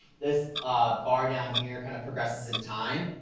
this bar down here kind of progresses in time.